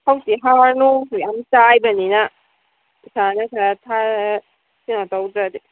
ꯍꯧꯖꯤꯛꯇꯤ ꯍꯋꯥꯏ ꯃꯔꯨꯁꯨ ꯌꯥꯝ ꯏꯁꯥꯅ ꯈꯔ ꯊꯥꯔ ꯀꯩꯅꯣ ꯇꯧꯗ꯭ꯔꯗꯤ